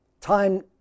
Time